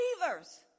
believers